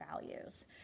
values